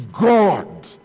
God